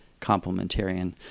complementarian